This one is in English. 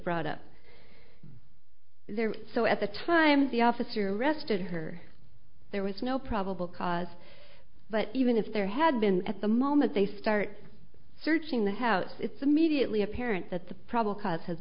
brought up there so at the time the officer arrested her there was no probable cause but even if there had been at the moment they start searching the house it's a mediately apparent that the probable cause h